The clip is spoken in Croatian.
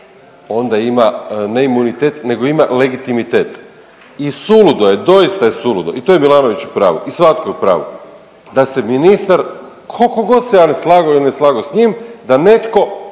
onda ima ne imunitet, nego ima legitimitet. I suludo je, doista je suludo, i to je Milanović u pravu i svatko je u pravu da se ministar koliko god se ja slagao i ne slagao sa njim da netko